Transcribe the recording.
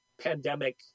pandemic